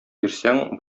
бирсәң